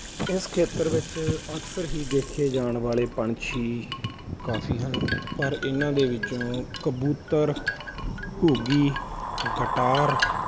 ਇਸ ਖੇਤਰ ਵਿੱਚ ਅਕਸਰ ਹੀ ਦੇਖੇ ਜਾਣ ਵਾਲੇ ਪੰਛੀ ਕਾਫੀ ਹਨ ਪਰ ਇਹਨਾਂ ਦੇ ਵਿੱਚੋਂ ਕਬੂਤਰ ਘੁੱਗੀ ਗਟਾਰ